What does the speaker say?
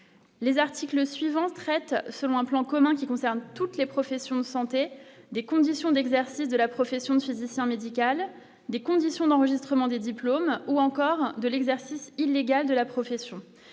Les articles suivants traite selon un plan commun qui concerne toutes les professions de santé, des conditions d'exercice de la profession de physicien médical des conditions d'enregistrement des diplômes ou encore de l'exercice illégal de la profession,